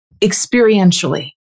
experientially